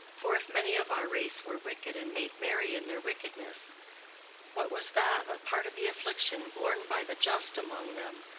for if many of our race were wicked and made merry in their wickedness what was that but part of the affliction borne by the just among them,